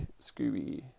scooby